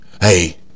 hey